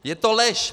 Je to lež!